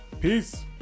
Peace